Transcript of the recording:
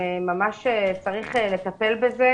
ממש צריך לטפל בזה,